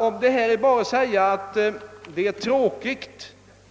Om detta är bara att säga att